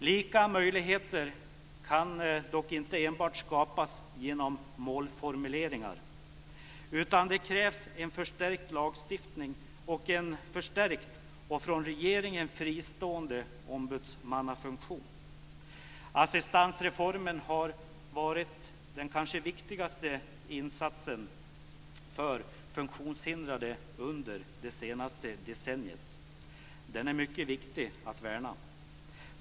Lika möjligheter kan dock inte enbart skapas genom målformuleringar, utan det krävs en förstärkt lagstiftning och en förstärkt och från regeringen fristående ombudsmannafunktion. Assistansreformen har varit den kanske viktigaste insatsen för funktionshindrade under det senaste decenniet. Den är mycket viktig att värna.